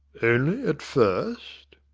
only at first?